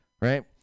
right